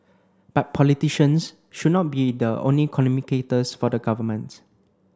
but politicians should not be the only communicators for the government